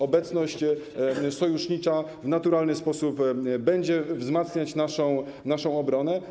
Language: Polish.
Obecność sojusznicza w naturalny sposób będzie wzmacniać naszą obronę.